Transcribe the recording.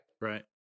Right